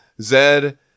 Zed